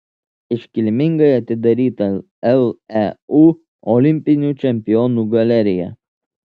iškilmingai atidaryta leu olimpinių čempionų galerija